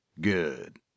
Good